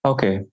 Okay